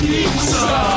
Pizza